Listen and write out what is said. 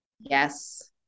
Yes